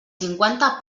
cinquanta